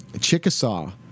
Chickasaw